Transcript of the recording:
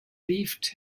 leafed